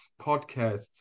podcasts